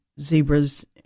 zebras